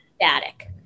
static